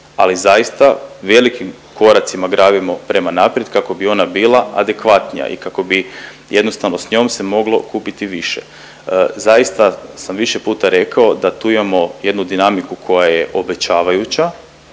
ali zaista velikim koracima grabimo prema naprijed kako bi ona bila adekvatnija i kako bi jednostavno s njom se moglo kupiti više. Zaista sam više puta rekao da tu imamo jednu dinamiku koja je obećavajuća